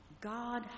God